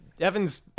Evan's